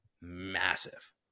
massive